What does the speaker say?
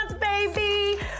baby